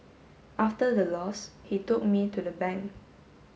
after the loss he took me to the bank